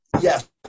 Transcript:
yes